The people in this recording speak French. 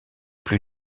plus